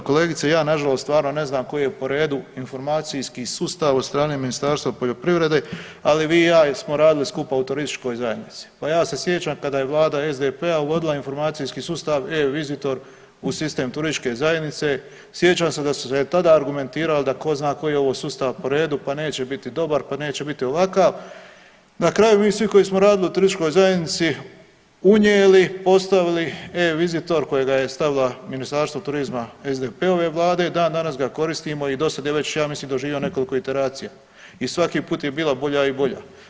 Zahvaljujem se uvažena kolegice, ja nažalost stvarno ne znam koji je po redu informacijski sustav od strane Ministarstva poljoprivrede, ali vi i ja jesmo radili skupa u turističkoj zajednici, pa ja se sjećam kada je vlada SDP-a uvodila informacijski sustav e-vizitor u sistem turističke zajednice, sjećam se da su se tada argumentirali da tko zna koji je ovo sustav po redu, pa neće biti dobar, pa neće biti ovakav, na kraju mi svi koji smo radili u turističkoj zajednici, unijeli, postavili, e-vizitor kojega je stavila Ministarstvo turizma SDP-ove vlade i dan danas ga koristimo i dosada je već ja mislim doživio nekoliko … i svaki puta je bila bolja i bolja.